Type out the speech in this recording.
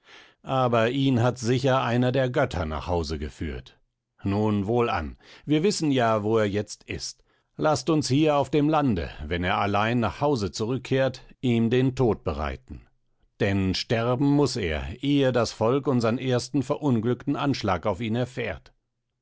aber ihn hat sicher einer der götter nach hause geführt nun wohlan wir wissen ja wo er jetzt ist laßt uns hier auf dem lande wenn er allein nach hause zurückkehrt ihm den tod bereiten denn sterben muß er ehe das volk unsern ersten verunglückten anschlag auf ihn erfährt